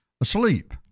asleep